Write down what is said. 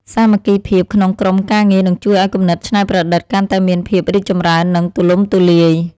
សាមគ្គីភាពក្នុងក្រុមការងារនឹងជួយឱ្យគំនិតច្នៃប្រឌិតកាន់តែមានភាពរីកចម្រើន និង ទូលំទូលាយ។